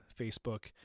Facebook